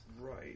right